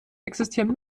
existieren